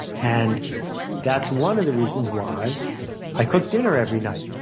and that's one of the reasons why i cook dinner every night.